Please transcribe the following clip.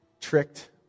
tricked